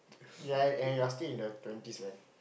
you are and you're still in the twenties man